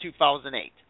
2008